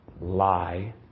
lie